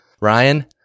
Ryan